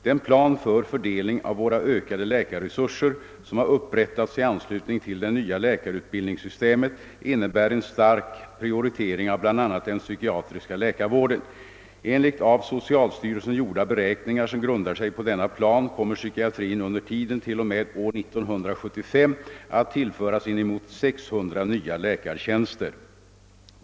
Den plan för fördelningen av våra ökande läkarresurser, som har upprättats i anslutning till det nya läkarutbildningssystemet, innebär en stark prioritering av bl.a. den psykiatriska läkarvården. Enligt av socialstyrelsen gjorda beräkningar, som grundar sig på denna plan, kommer psy kiatrin under tiden t.o.m. år 1975 att tillföras inemot 600 nya läkartjänster.